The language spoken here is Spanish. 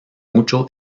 mucho